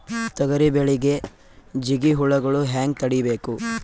ತೊಗರಿ ಬೆಳೆಗೆ ಜಿಗಿ ಹುಳುಗಳು ಹ್ಯಾಂಗ್ ತಡೀಬೇಕು?